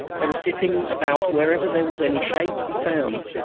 they were sitting about wherever there was any shade to be found.